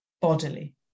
bodily